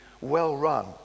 well-run